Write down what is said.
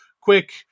quick